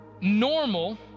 Normal